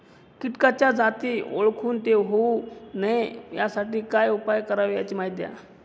किटकाच्या जाती ओळखून ते होऊ नये यासाठी काय उपाय करावे याची माहिती द्या